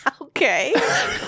Okay